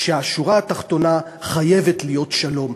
שהשורה התחתונה חייבת להיות שלום.